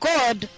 God